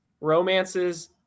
romances